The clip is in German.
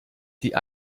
die